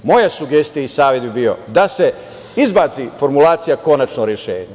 Moja sugestija i savet bi bio da se izbaci formulacija "konačno rešenje"